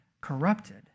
corrupted